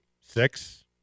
Six